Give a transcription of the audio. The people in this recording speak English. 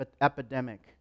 epidemic